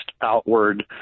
outward